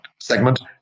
segment